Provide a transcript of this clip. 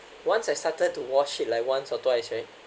once I started to wash it like once or twice right